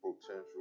potential